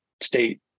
state